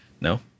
No